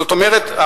זאת אומרת,